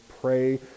pray